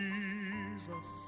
Jesus